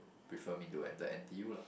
prefer me to enter N_T_U lah